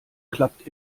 klappt